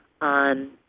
on